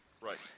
right